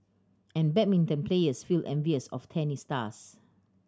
and badminton players feel envious of tennis stars